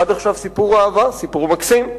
עד עכשיו סיפור אהבה, סיפור מקסים.